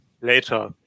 later